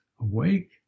awake